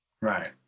Right